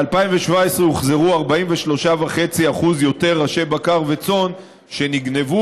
ב-2017 הוחזרו 43.5% יותר ראשי בקר וצאן שנגנבו,